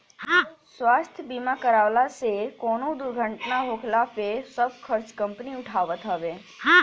स्वास्थ्य बीमा करावे से कवनो दुर्घटना होखला पे सब खर्चा कंपनी उठावत हवे